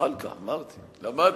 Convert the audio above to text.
זחאלקה בפתח.